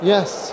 Yes